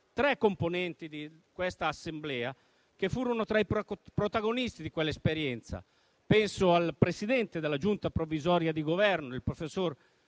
tre componenti di questa Assemblea furono tra i protagonisti di quell'esperienza. Penso al presidente della Giunta provvisoria di Governo, professor